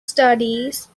studies